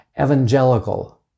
evangelical